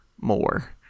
more